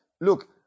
Look